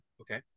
Okay